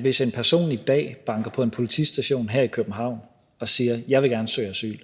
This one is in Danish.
hvis en person i dag banker på til en politistation og siger, at vedkommende gerne vil søge asyl,